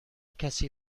کسی